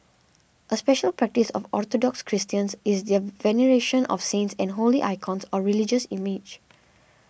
a special practice of Orthodox Christians is their veneration of saints and holy icons or religious images